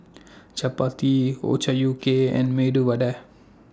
Chapati Ochazuke and Medu Vada